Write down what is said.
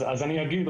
אז אני אגיד,